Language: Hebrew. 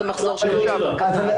אם המחזור שלו קטן.